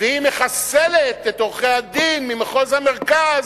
והיא מחסלת את עורכי-הדין ממחוז המרכז